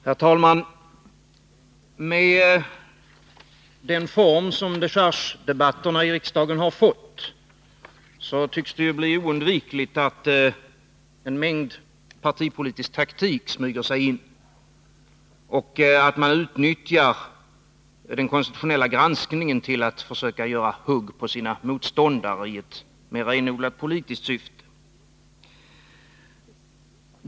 Herr talman! Med den form som dechargedebatterna i riksdagen har fått tycks det bli oundvikligt att en mängd partipolitisk taktik smyger sig in och att man utnyttjar den konstitutionella granskningen till att försöka göra hugg på sina motståndare i mer renodlat, politiskt syfte.